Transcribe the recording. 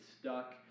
stuck